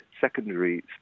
secondary